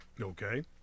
Okay